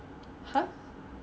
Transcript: !huh!